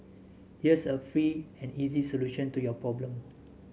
here's a free and easy solution to your problem